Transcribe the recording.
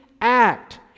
act